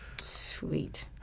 Sweet